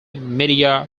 media